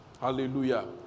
Hallelujah